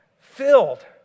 filled